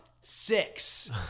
six